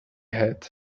hat